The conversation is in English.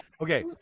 okay